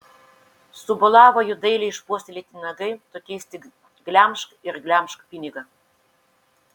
subolavo jo dailiai išpuoselėti nagai tokiais tik glemžk ir glemžk pinigą